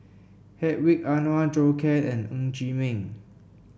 Hedwig Anuar Zhou Can and Ng Chee Meng